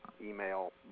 email